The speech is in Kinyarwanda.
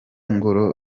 ngoro